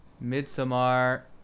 midsummer